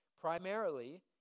primarily